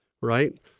right